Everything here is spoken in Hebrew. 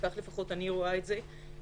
כך לפחות אני רואה את זה.